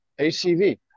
ACV